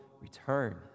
return